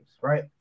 right